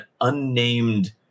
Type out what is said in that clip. unnamed